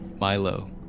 milo